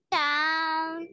down